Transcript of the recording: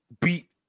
beat